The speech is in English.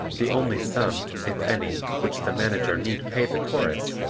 the only sum, if any, which the manager need pay the chorus,